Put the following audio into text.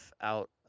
out